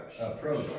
Approach